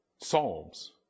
Psalms